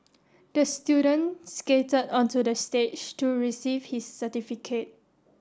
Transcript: the student skated onto the stage to receive his certificate